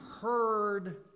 heard